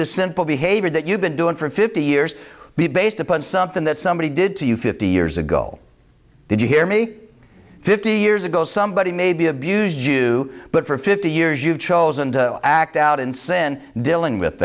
the simple behavior that you've been doing for fifty years based upon something that somebody did to you fifty years ago did you hear me fifty years ago somebody may be abused do but for fifty years you've chosen to act out in sin dealing with